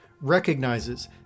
recognizes